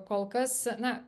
kol kas na